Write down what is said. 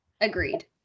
Agreed